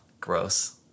gross